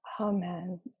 Amen